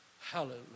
Hallelujah